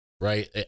right